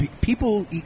People